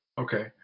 Okay